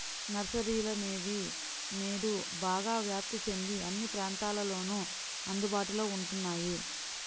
నర్సరీలనేవి నేడు బాగా వ్యాప్తి చెంది అన్ని ప్రాంతాలలోను అందుబాటులో ఉంటున్నాయి